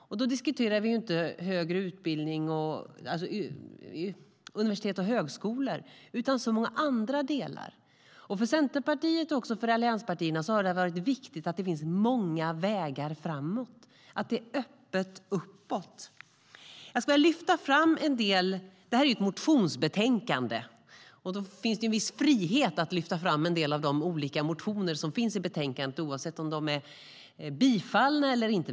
Då diskuterar vi inte högre utbildning, alltså universitet och högskolor, utan så många andra delar. För Centerpartiet och allianspartierna har det varit viktigt att det finns många vägar framåt - att det är öppet uppåt. Det här är ett motionsbetänkande, och därför finns det viss frihet att lyfta fram en del av de motioner som finns i betänkandet oavsett om de föreslås bifallas eller inte.